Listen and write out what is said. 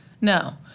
No